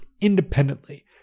independently